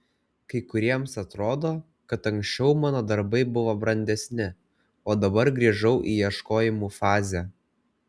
kai kuriems atrodo kad anksčiau mano darbai buvo brandesni o dabar grįžau į ieškojimų fazę